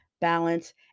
balance